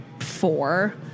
four